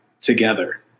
together